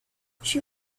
she